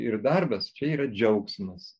ir darbas čia yra džiaugsmas